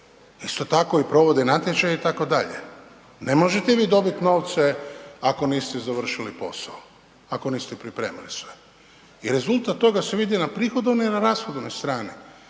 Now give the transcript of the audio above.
isto tako i provode natječaje itd. Ne možete vi dobit ovce ako niste završili posao, ako niste pripremili sve i rezultat toga se vidi na prihodovnoj i na rashodovnoj strani